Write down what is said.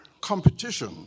Competition